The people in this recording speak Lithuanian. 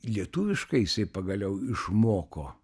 lietuviškai jisai pagaliau išmoko